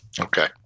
Okay